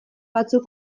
batzuk